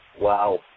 Wow